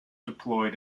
deployed